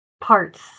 parts